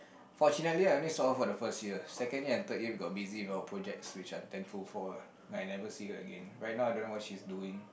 fortunately I only saw her for the first year second year and third year we got busy with our projects which I'm thankful for lah I never see her again right now I don't know what she's doing